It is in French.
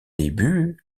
débuts